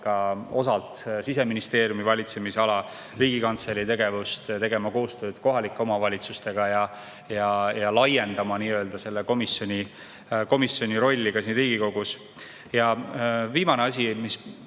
ka osalt Siseministeeriumi valitsemisalas, Riigikantselei tegevust, tegema koostööd kohalike omavalitsustega ja laiendama nii-öelda selle komisjoni rolli ka siin Riigikogus. Ja viimane asi. See